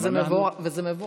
וזה מבורך.